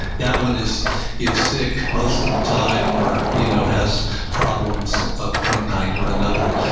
that one is is sick most of the time or you know has problems of one kind or another.